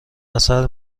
اثر